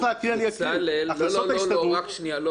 בצלאל, לא כך.